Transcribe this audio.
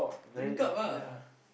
drink up ah